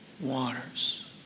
waters